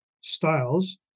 styles